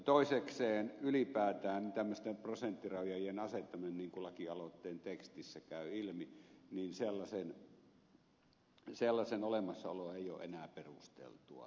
toisekseen ylipäätään tämmöisten prosenttirajojen asettaminen niin kuin lakialoitteen tekstistä käy ilmi ei ole enää perusteltua